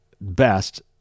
best